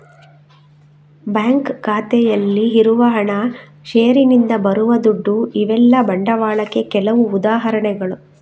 bank ಖಾತೆಯಲ್ಲಿ ಇರುವ ಹಣ, ಷೇರಿನಿಂದ ಬರುವ ದುಡ್ಡು ಇವೆಲ್ಲ ಬಂಡವಾಳಕ್ಕೆ ಕೆಲವು ಉದಾಹರಣೆಗಳು